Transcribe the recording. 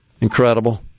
Incredible